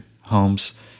homes